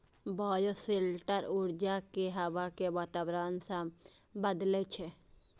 bioshelter ऊर्जा कें हवा के वातावरण सं बदलै छै